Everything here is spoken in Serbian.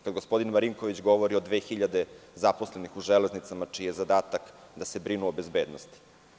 Kada gospodin Marinković govori o 2.000 zaposlenih u železnicama čiji je zadatak da se brinu o bezbednosti.